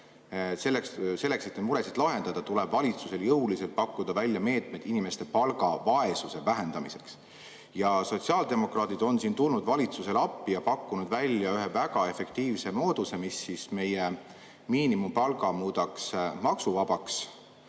Selleks, et neid muresid lahendada, tuleb valitsusel jõuliselt pakkuda välja meetmed inimeste palgavaesuse vähendamiseks. Sotsiaaldemokraadid on tulnud valitsusele appi ja pakkunud välja ühe väga efektiivse mooduse, mis muudaks meie miinimumpalga maksuvabaks.